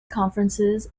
conferences